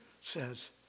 says